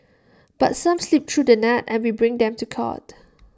but some slip through the net and we bring them to court